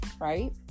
right